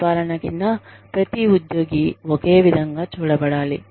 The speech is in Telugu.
పరిపాలన కింద ప్రతి ఉద్యోగి ఒకే విధంగా చూడబడాలి